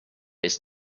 his